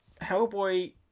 Hellboy